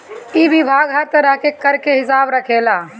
इ विभाग हर तरह के कर के हिसाब रखेला